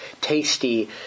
tasty